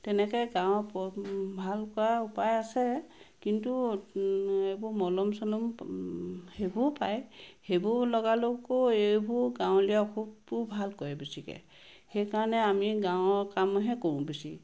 তেনেকৈ গাঁও ভাল কৰা উপায় আছে কিন্তু এইবোৰ মলম চলম সেইবোৰো পায় সেইবোৰ লগালেও আকৌ এইবোৰ গাঁৱলীয়া ঔষধবোও ভাল কৰে বেছিকৈ সেইকাৰণে আমি গাঁও কামহে কৰোঁ বেছি